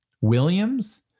Williams